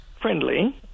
friendly